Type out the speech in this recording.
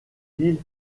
ville